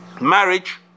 marriage